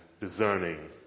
discerning